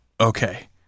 okay